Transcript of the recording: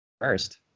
First